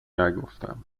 نگفتم